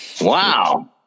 wow